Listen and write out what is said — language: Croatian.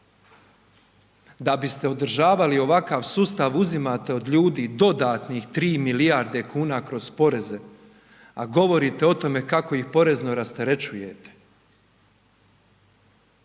da biste održavali ovakav sustav uzimate od ljudi dodatnih 3 milijarde kuna kroz poreze, a govorite o tome kako ih porezno rasterećujete.